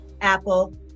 Apple